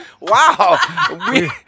Wow